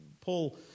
Paul